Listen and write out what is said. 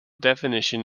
definition